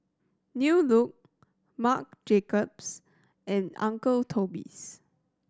New Look Marc Jacobs and Uncle Toby's